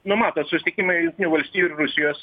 nu matot susitikimai jungtinių valstijų ir rusijos